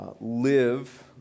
live